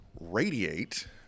radiate